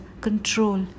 control